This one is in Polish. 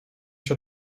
się